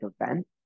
event